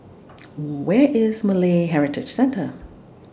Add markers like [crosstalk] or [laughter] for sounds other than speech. [noise] Where IS Malay Heritage Centre